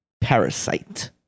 Parasite